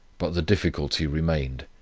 but the difficulty remained.